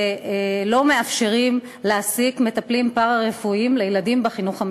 שלא מאפשרים להעסיק מטפלים פארה-רפואיים לילדים בחינוך המיוחד.